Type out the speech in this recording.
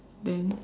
then